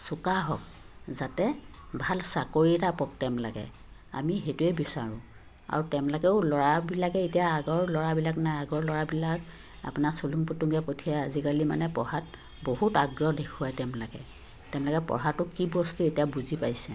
চোকা হওক যাতে ভাল চাকৰি এটা পক তেওঁবিলাকে লাগে আমি সেইটোৱে বিচাৰোঁ আৰু তেওঁলাকবিলাকেও ল'ৰাবিলাকে এতিয়া আগৰ ল'ৰাবিলাক নাই আগৰ ল'ৰাবিলাক আপোনাৰ চেলেং পেতেংকৈ পঠিয়াই আজিকালি মানে পঢ়াত বহুত আগ্ৰহ দেখুৱাই তেওঁবিলাকে তেওঁলোকে পঢ়াটো কি বস্তু এতিয়া বুজি পাইছে